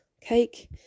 cake